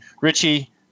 Richie